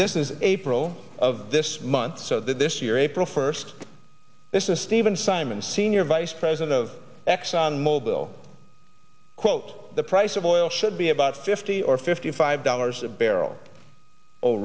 this is april of this month so this year april first this is steven simon senior vice president of exxon mobil quote the price of oil should be about fifty or fifty five dollars a barrel o